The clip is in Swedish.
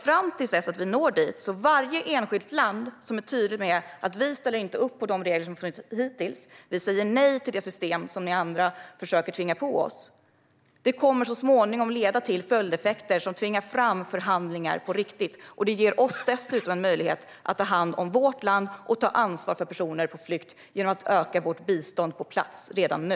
Fram till dess att vi når dit kommer varje fall där ett enskilt land är tydligt med att det inte ställer upp på de regler som hittills har funnits och säger nej till det system som andra försöker tvinga på det att leda till följdeffekter som tvingar fram förhandlingar på riktigt. Det ger oss dessutom möjlighet att ta hand om vårt land och ta ansvar för personer på flykt genom att öka vårt bistånd på plats redan nu.